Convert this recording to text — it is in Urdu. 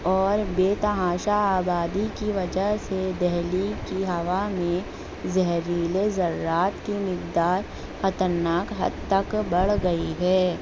اور بے تحاشا آبادی کی وجہ سے دہلی کی ہوا میں زہریلے زراعت کی مقدار خطرناک حد تک بڑھ گئی ہے